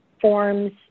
forms